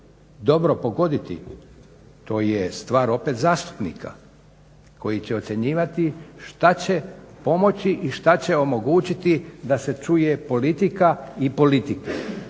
dobro pogoditi, to je stvar opet zastupnika koji će ocjenjivati što će pomoći i što će omogućiti da se čuje politika i politiku